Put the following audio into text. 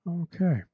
Okay